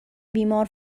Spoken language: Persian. بیمار